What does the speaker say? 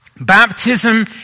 Baptism